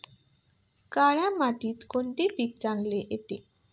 काळ्या मातीत कोणते पीक चांगले येते?